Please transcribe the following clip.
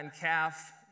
calf